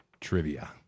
Trivia